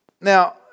Now